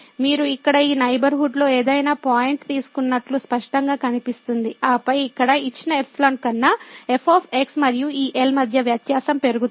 మీరు ఇక్కడ ఈ నైబర్హుడ్ లో ఏదైనా పాయింట్ తీసుకున్నట్లు స్పష్టంగా కనిపిస్తుంది ఆపై ఇక్కడ ఇచ్చిన ϵ కన్నా f మరియు ఈ L మధ్య వ్యత్యాసం పెరుగుతుంది